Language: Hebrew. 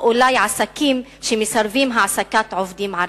או אולי עסקים שמסרבים העסקת עובדים ערבים?